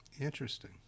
Interesting